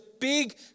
big